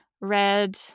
Red